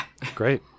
great